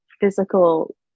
physical